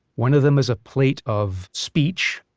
one of them is a plate of speech,